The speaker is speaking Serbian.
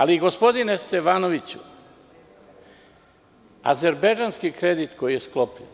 Ali, gospodine Stefanoviću, azerbejdžanski kredit koji je sklopljen,